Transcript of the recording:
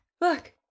look